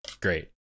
great